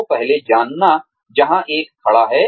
तो पहले जानना जहां एक खड़ा है